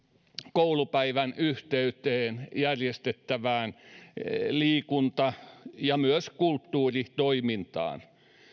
koulupäivän yhteyteen järjestettävään liikunta ja myös kulttuuritoimintaan